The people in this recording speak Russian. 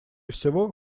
всего